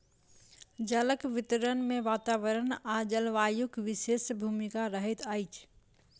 जलक वितरण मे वातावरण आ जलवायुक विशेष भूमिका रहैत अछि